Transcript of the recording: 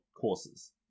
courses